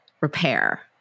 repair